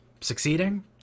succeeding